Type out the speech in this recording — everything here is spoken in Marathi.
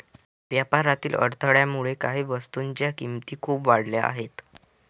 व्यापारातील अडथळ्यामुळे काही वस्तूंच्या किमती खूप वाढल्या आहेत